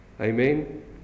Amen